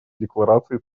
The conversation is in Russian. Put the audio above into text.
декларации